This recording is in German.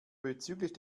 bezüglich